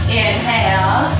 inhale